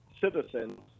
citizens